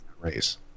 race